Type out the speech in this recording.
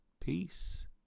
Peace